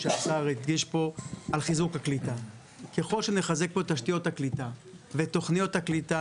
כדי לקבל את ההורים ולחבר אותם לתלמידים ולילדים שלהם